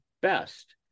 best